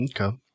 okay